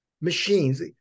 machines